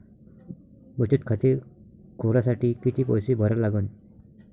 बचत खाते खोलासाठी किती पैसे भरा लागन?